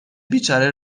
بیچاره